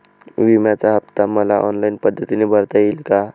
विम्याचा हफ्ता मला ऑनलाईन पद्धतीने भरता येईल का?